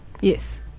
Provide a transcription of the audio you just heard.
Yes